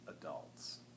adults